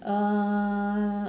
uh